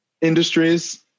industries